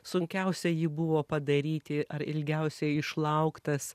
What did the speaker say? sunkiausia jį buvo padaryti ar ilgiausiai išlauktas